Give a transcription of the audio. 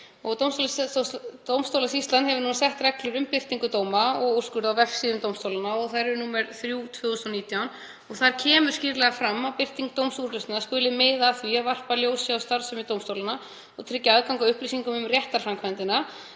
Dómstólasýslan hefur sett reglur um birtingu dóma og úrskurða á vefsíðu dómstólanna, þær eru nr. 3/2019, og þar kemur skýrlega fram að birting dómsúrlausna skuli miða að því að varpa ljósi á starfsemi dómstólanna og tryggja aðgang að upplýsingum um réttarframkvæmdina.